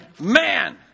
man